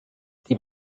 die